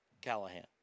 Callahan